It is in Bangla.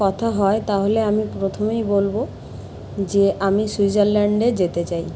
কথা হয় তাহলে আমি প্রথমেই বলবো যে আমি সুইজারল্যান্ডে যেতে চাই